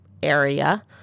area